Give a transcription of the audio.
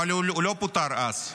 אבל הוא לא פוטר אז.